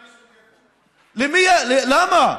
למה?